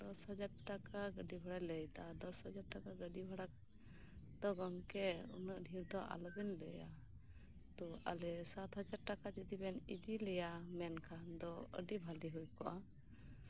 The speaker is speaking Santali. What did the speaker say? ᱫᱚᱥ ᱦᱟᱡᱟᱨ ᱴᱟᱠᱟ ᱜᱟᱹᱰᱤ ᱵᱷᱟᱲᱟᱭ ᱞᱟᱹᱭᱮᱫᱟ ᱫᱚᱥ ᱦᱟᱡᱟᱨ ᱴᱟᱠᱟ ᱜᱟᱹᱰᱤ ᱵᱷᱟᱲᱟᱭ ᱛᱳ ᱜᱝᱠᱮ ᱩᱱᱟᱹᱜ ᱰᱷᱮᱨ ᱫᱚ ᱟᱞᱚᱵᱮᱱ ᱞᱟᱹᱭᱟ ᱛᱳ ᱟᱞᱮ ᱥᱟᱛ ᱦᱟᱡᱟᱨ ᱴᱟᱠᱟ ᱡᱩᱫᱤ ᱵᱮᱱ ᱤᱫᱤᱞᱮᱭᱟ ᱢᱮᱱᱠᱷᱟᱱ ᱫᱚ ᱟᱹᱰᱤ ᱵᱷᱟᱞᱤ ᱦᱩᱭ ᱠᱚᱜᱼᱟ